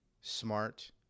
smart